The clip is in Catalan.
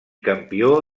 campió